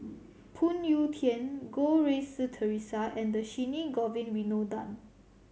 Phoon Yew Tien Goh Rui Si Theresa and Dhershini Govin Winodan